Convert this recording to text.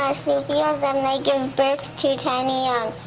marsupials and they give birth to tiny young.